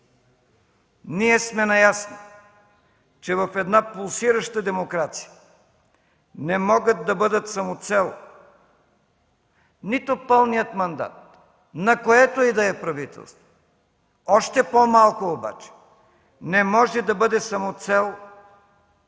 Ние сме наясно, че в една пулсираща демокрация не могат да бъдат самоцел нито пълният мандат на което и да е правителство, още по-малко обаче не може да бъде самоцел